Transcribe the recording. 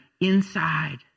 inside